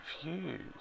confused